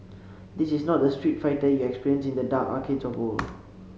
this is not the Street Fighter you experienced in the dark arcades of old